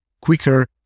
quicker